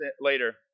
later